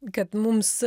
kad mums